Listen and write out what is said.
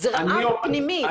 זה רעב פנימי.